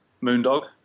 Moondog